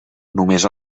només